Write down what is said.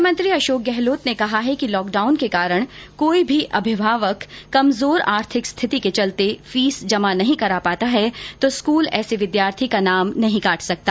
मुख्यमंत्री अशोक गहलोत ने कहा है कि लॉकडाउन के कारण कोई अभिभावक कमजोर आर्थिक स्थिति के चलते फीस जमा नहीं करा पाता है तो स्कूल ऐसे विद्यार्थी का नाम नहीं काट सकता